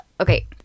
Okay